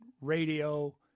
radio